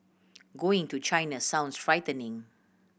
going to China sounds frightening